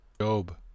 Job